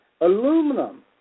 aluminum